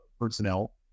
personnel